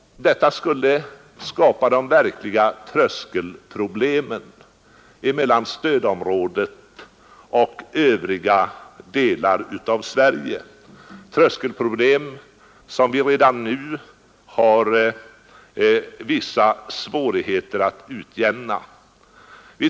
Detta skulle skapa de verkliga tröskelproblemen mellan stödområdet och övriga delar av Sverige, tröskelproblem som vi redan nu har vissa svårigheter att lösa.